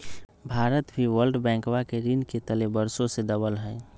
भारत भी वर्ल्ड बैंकवा के ऋण के तले वर्षों से दबल हई